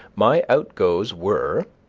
my outgoes were